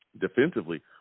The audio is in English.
defensively